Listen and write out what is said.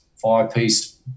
five-piece